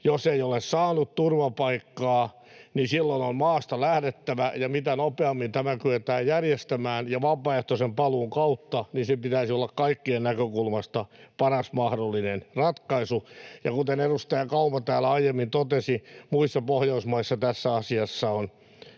jos ei ole saanut turvapaikkaa, niin silloin on maasta lähdettävä, ja mitä nopeammin tämä kyetään järjestämään ja vapaaehtoisen paluun kautta, niin sen pitäisi olla kaikkien näkökulmasta paras mahdollinen ratkaisu? Ja kuten edustaja Kauma täällä aiemmin totesi, muissa Pohjoismaissa tässä asiassa on